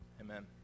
Amen